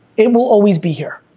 it will always be here,